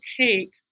take